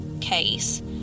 case